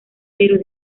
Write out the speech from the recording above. pero